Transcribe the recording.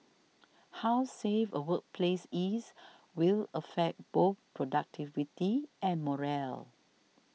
how safe a workplace is will affect both productivity and morale